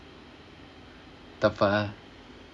தப்பா:thappaa